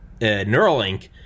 Neuralink